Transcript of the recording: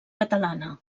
catalana